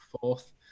fourth